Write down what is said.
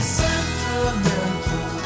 sentimental